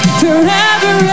forever